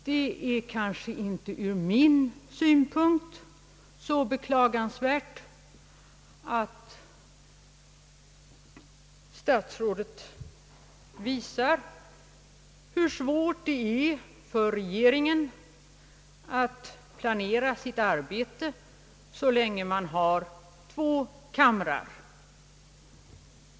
Det är kanske inte ur min synpunkt så beklagansvärt att statsrådet visar hur svårt det är för regeringen att planera sitt arbete så länge man har två kamrar.